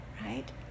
right